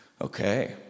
Okay